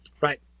Right